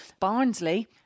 Barnsley